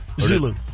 Zulu